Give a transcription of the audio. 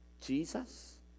Jesus